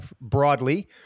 broadly